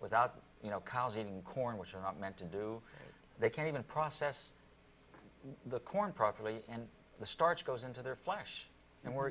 without you know cows eating corn which are not meant to do they can't even process the corn properly and the starch goes into their flesh and we're